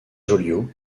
joliot